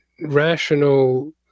rational